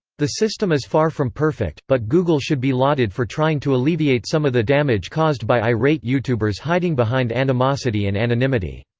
the system is far from perfect, but google should be lauded for trying to alleviate some of the damage caused by irate youtubers hiding behind animosity and anonymity.